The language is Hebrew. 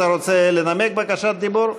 אתה רוצה לנמק בבקשת דיבור?